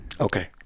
okay